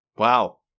Wow